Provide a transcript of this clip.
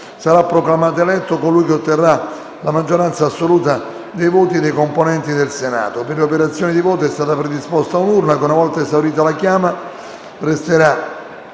Sarà proclamato eletto colui che otterrà la maggioranza assoluta dei voti dei componenti del Senato. Per le operazioni di voto è stata predisposta un'urna che, una volta esaurita la chiama, resterà